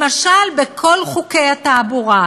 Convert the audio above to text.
למשל, בכל חוקי התעבורה,